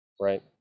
right